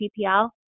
PPL